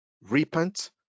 repent